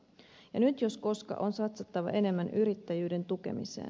nyt jos koska on satsattava enemmän yrittäjyyden tukemiseen